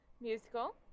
musical